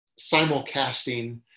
simulcasting